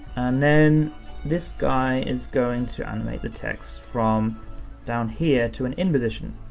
and then this guy is going to animate the text from down here to an in position.